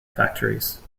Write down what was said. factories